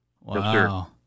Wow